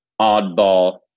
oddball